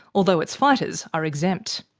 although its fighters are exempt.